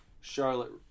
Charlotte